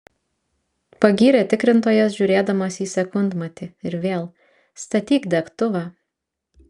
pagyrė tikrintojas žiūrėdamas į sekundmatį ir vėl statyk degtuvą